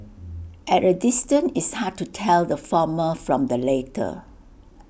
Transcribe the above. at A distance it's hard to tell the former from the latter